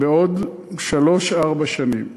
בעוד שלוש, ארבע שנים.